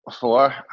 Four